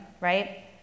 right